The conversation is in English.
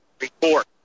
report